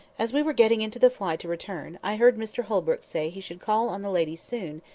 as we were getting into the fly to return, i heard mr holbrook say he should call on the ladies soon,